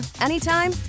anytime